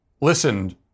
listened